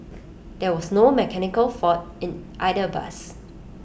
there was no mechanical fault in either bus